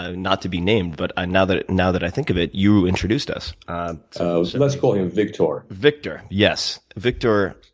ah not to be named, but another, now that i think of it you introduced us. oh, so let's call him victor. victor. yes. victor,